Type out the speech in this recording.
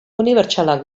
unibertsalak